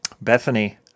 Bethany